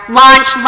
launch